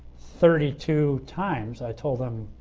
thirty two times i told him,